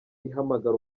ihamagara